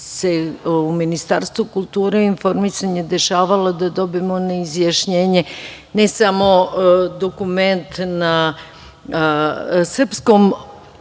se u Ministarstvu kulture i informisanja dešavalo da dobijemo ne izjašnjenje ne samo dokument na srpskom pisano